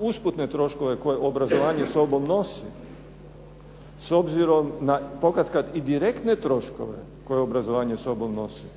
usputne troškove koje obrazovanje sa sobom nosi, s obzirom na pokatkad i direktne troškove koje obrazovanje sa sobom nosi,